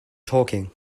talking